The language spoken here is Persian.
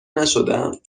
نشدم